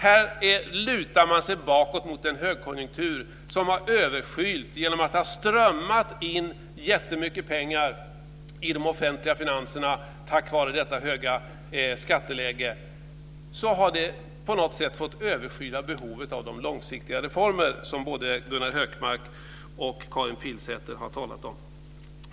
Här lutar man sig bakåt mot en högkonjunktur som har överfyllts genom att det har strömmat in jättemycket pengar i de offentliga finanserna tack vare det höga skatteläget. Det har på något sätt fått överskyla behovet av de långsiktiga reformer som både Gunnar Hökmark och Karin Pilsäter har talat om.